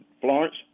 Florence